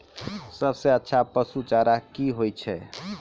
सबसे अच्छा पसु चारा की होय छै?